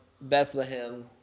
Bethlehem